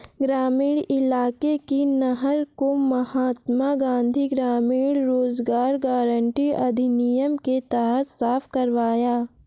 ग्रामीण इलाके की नहर को महात्मा गांधी ग्रामीण रोजगार गारंटी अधिनियम के तहत साफ करवाया